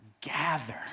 gather